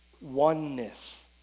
oneness